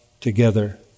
together